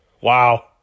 Wow